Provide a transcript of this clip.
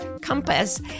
Compass